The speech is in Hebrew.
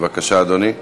בבקשה, אדוני,